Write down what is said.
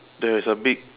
there is a big